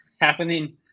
happening